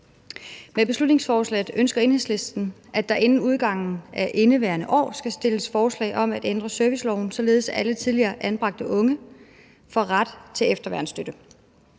Med beslutningsforslaget ønsker Enhedslisten, at der inden udgangen af indeværende år skal stilles forslag om at ændre serviceloven, således at alle tidligere anbragte unge får ret til efterværnsstøtte.